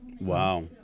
Wow